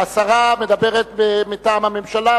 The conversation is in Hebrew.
השרה מדברת מטעם הממשלה,